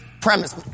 premise